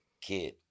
kid